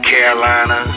Carolina